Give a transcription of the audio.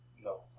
No